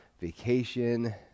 vacation